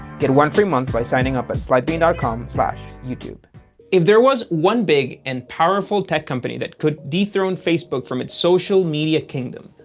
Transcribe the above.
get one free month by signing up at slidebean dot com slash youtube if there was one big and powerful tech company that could dethrone facebook from its social media kingdom,